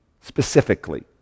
specifically